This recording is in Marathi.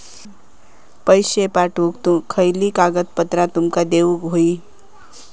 पैशे पाठवुक खयली कागदपत्रा तुमका देऊक व्हयी?